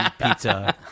pizza